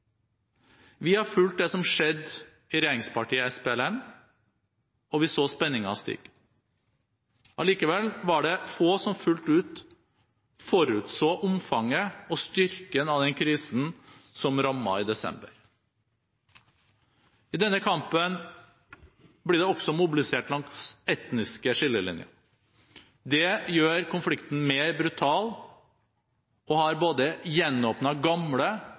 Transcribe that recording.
Vi har fulgt det som skjedde i regjeringspartiet SPLM, og vi så spenningen stige. Allikevel var det få som fullt ut forutså omfanget og styrken av den krisen som rammet i desember. I denne kampen blir det også mobilisert langs etniske skillelinjer. Det gjør konflikten mer brutal og har både gjenåpnet gamle